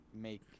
make